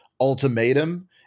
ultimatum